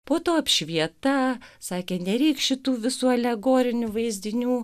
po to apšvieta sakė nereik šitų visų alegorinių vaizdinių